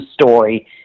story